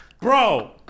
bro